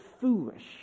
foolish